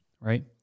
right